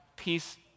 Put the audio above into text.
peace